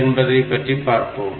என்பது பற்றி பார்ப்போம்